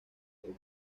que